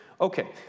Okay